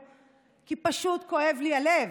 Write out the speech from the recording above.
כי פשוט כואב לי הלב.